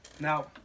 Now